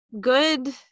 good